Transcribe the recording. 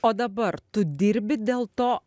o dabar tu dirbi dėl to